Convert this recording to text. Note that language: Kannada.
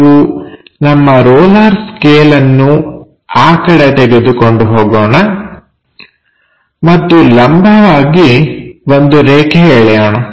ನಾವು ನಮ್ಮ ರೋಲಾರ್ ಸ್ಕೇಲ್ಅನ್ನು ಆ ಕಡೆ ತೆಗೆದುಕೊಂಡು ಹೋಗೋಣ ಮತ್ತು ಲಂಬವಾಗಿ ಒಂದು ರೇಖೆ ಎಳೆಯೋಣ